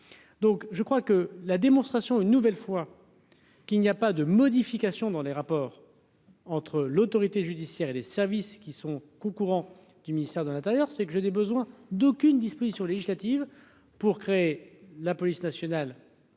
donc je crois que la démonstration, une nouvelle fois qu'il n'y a pas de modifications dans les rapports. Entre l'autorité judiciaire et les services qui sont coup courant du ministère de l'Intérieur, c'est que je n'ai besoin d'aucune disposition législative pour créer la police nationale,